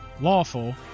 lawful